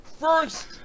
first